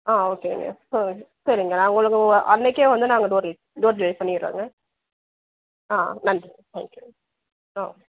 ஆ ஓகேங்க சொல்லுங்க சரிங்க நான் உங்களுக்கு அன்றைக்கே வந்து நாங்கள் டோர் டெலிவரி டோர் டெலிவரி பண்ணிடறோங்க ஆ நன்றிங்க நன்றிங்க ஆ